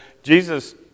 Jesus